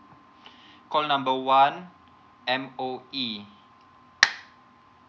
call number one M_O_E